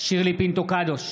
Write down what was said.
שירלי פינטו קדוש,